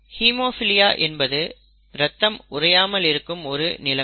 haemophilia என்பது ரத்தம் உறையாமல் இருக்கும் ஒரு நிலைமை